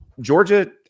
Georgia